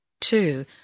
two